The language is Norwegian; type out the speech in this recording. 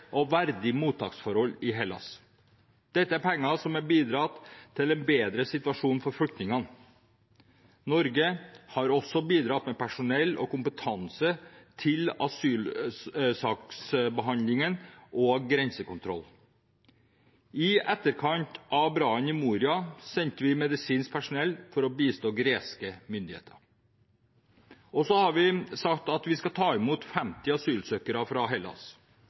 og verdige mottaksforhold i Hellas. Dette er penger som bidrar til en bedre situasjon for flyktningene. Norge har også bidratt med personell og kompetanse til asylsaksbehandling og grensekontroll. I etterkant av brannen i Moria sendte vi medisinsk personell for å bistå greske myndigheter. Vi har også sagt at vi skal ta imot 50 asylsøkere fra Hellas.